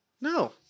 No